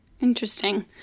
Interesting